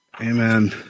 Amen